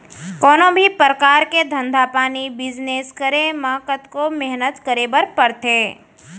कोनों भी परकार के धंधा पानी बिजनेस करे म कतको मेहनत करे बर परथे